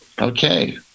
okay